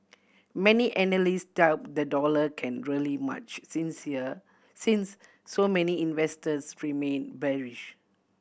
many analysts doubt the dollar can rally much since here since so many investors remain bearish